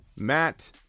Matt